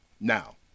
Now